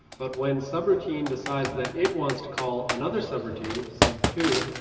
but when sub routine decides that it wants to call another sub routine, sub two,